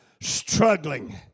struggling